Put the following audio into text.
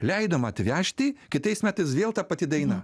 leidom atvežti kitais metais vėl ta pati daina